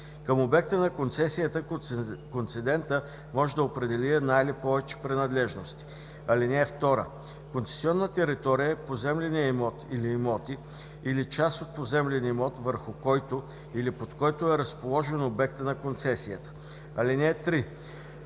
Към обекта на концесията концедентът може да определи една или повече принадлежности. (2) Концесионна територия е поземленият имот или имоти, или част от поземлен имот, върху или под който е разположен обектът на концесията. (3)